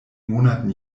monaten